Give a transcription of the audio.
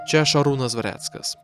čia šarūnas dvareckas